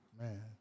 Man